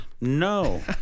No